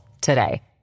today